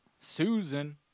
Susan